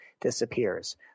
disappears